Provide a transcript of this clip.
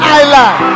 island